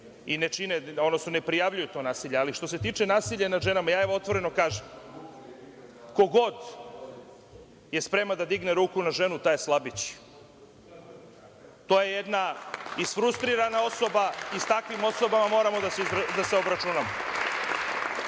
ne prijavljuju to nasilje. Što se tiče nasilja nad ženama, otvoreno kažem, ko god je spreman da digne ruku na ženu taj je slabić. To jedna isfrustrirana osoba i sa takvim osobama moramo da se obračunamo. Na